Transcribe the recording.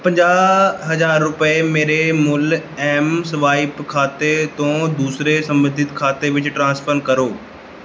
ਪੰਜਾਹ ਹਜ਼ਾਰ ਰੁਪਏ ਮੇਰੇ ਮੂਲ ਐੱਮਸਵਾਈਪ ਖਾਤੇ ਤੋਂ ਦੂਸਰੇ ਸੰਬੰਧਿਤ ਖਾਤੇ ਵਿੱਚ ਟ੍ਰਾਂਸਫਨ ਕਰੋ